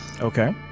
okay